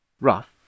rough